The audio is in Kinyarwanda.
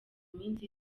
minsi